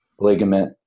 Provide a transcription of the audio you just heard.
ligament